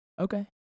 Okay